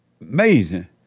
Amazing